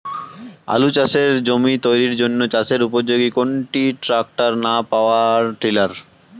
আলু চাষের জমি তৈরির জন্য চাষের উপযোগী কোনটি ট্রাক্টর না পাওয়ার টিলার?